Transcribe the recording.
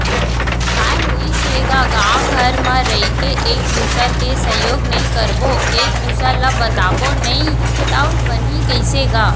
काय होइस हे गा गाँव घर म रहिके एक दूसर के सहयोग नइ करबो एक दूसर ल बताबो नही तव बनही कइसे गा